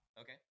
Okay